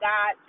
God